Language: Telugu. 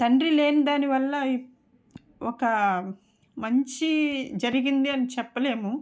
తండ్రి లేని దాని వల్ల ఒక మంచి జరిగింది అని చెప్పలేము